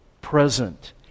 present